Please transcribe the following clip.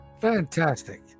Fantastic